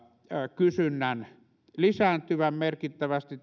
kysynnän lisääntyvän merkittävästi